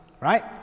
right